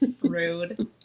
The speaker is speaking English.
rude